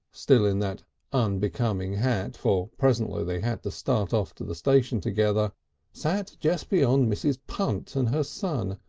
still in that unbecoming hat for presently they had to start off to the station together sat just beyond mrs. punt and her son,